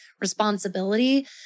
responsibility